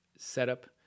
setup